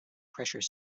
pressure